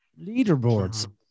leaderboards